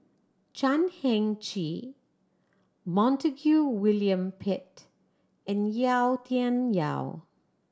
Chan Heng Chee Montague William Pett and Yau Tian Yau